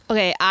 Okay